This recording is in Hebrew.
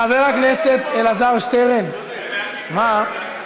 חבר הכנסת אלעזר שטרן, מה?